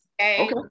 Okay